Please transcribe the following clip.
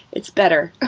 it's better